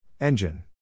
Engine